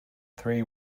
three